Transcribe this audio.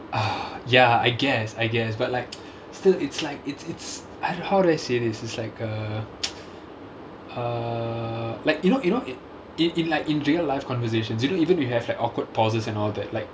ya I guess I guess but like still it's like it's it's I d~ how do I say this is like a err like you know you know i~ in in like in real life conversations you don't even you have like awkward pauses and all that like